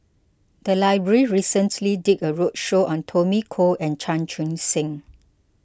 the library recently did a roadshow on Tommy Koh and Chan Chun Sing